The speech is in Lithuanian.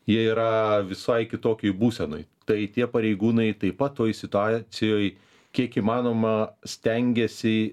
jie yra visai kitokioj būsenoj tai tie pareigūnai taip pat toj situacijoj kiek įmanoma stengiasi